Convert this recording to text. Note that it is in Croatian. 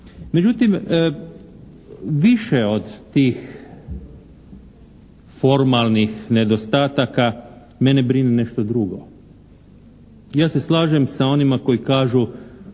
Međutim, više od tih formalnih nedostataka mene brine nešto drugo. Ja se slažem sa onima koji kažu,